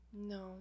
No